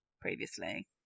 previously